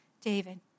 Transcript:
David